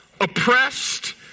oppressed